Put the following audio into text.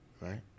right